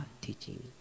teaching